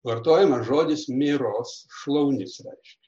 vartojamas žodis miros šlaunis reiškia